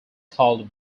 called